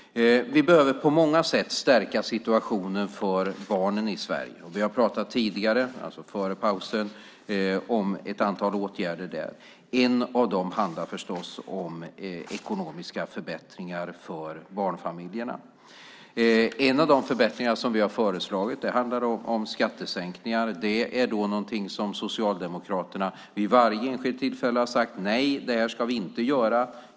Vi behöver stärka situationen för barnen i Sverige på många sätt. Vi talade i en tidigare debatt i dag om ett antal åtgärder. En av dem handlar förstås om ekonomiska förbättringar för barnfamiljerna. En förbättring som vi föreslagit gäller skattesänkningar. Där har Socialdemokraterna vid varje enskilt tillfälle sagt: Nej, det ska vi inte göra.